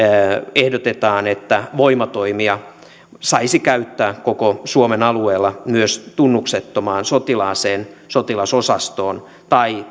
ehdotetaan että voimatoimia saisi käyttää koko suomen alueella myös tunnuksettomaan sotilaaseen sotilasosastoon tai